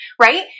right